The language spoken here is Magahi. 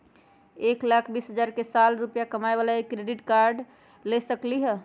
एक लाख बीस हजार के साल कम रुपयावाला भी क्रेडिट कार्ड ले सकली ह?